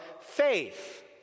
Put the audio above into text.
faith